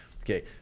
okay